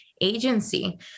agency